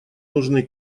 нужны